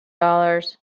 dollars